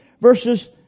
verses